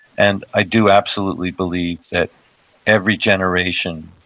and i do absolutely believe that every generation,